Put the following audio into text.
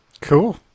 Cool